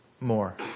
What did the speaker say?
more